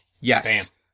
yes